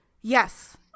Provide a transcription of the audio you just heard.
yes